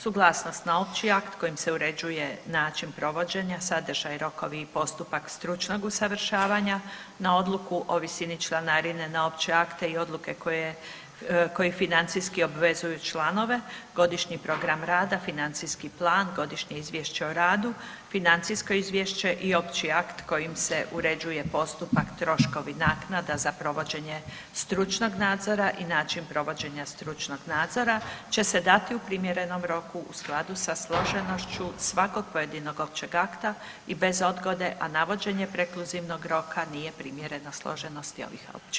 Suglasnost na opći akt kojim se uređuje način provođenja, sadržaj, rokovi i postupak stručnog usavršavanja, na odluku o visini članarine, na opće akte i odluke koje, koje financijski obvezuju članove, godišnji program rada, financijski plan, godišnje izvješće o radu, financijsko izvješće i opći akt kojim se uređuje postupak, troškovi, naknada za provođenje stručnog nadzora i način provođenja stručnog nadzora će se dati u primjerenom roku u skladu sa složenošću svakog pojedinog općeg akta i bez odgode, a navođenje prekluzivnog roka nije primjereno složenosti ovih općih akata.